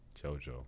JoJo